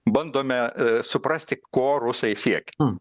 bandome suprasti ko rusai siekia